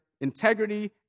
integrity